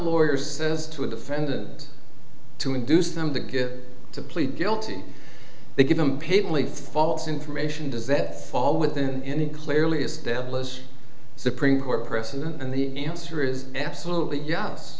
lawyers to a defendant to induce them to get to plead guilty they give them pitifully false information does that fall within clearly established supreme court precedent and the answer is absolutely yes